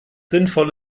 sinnvoll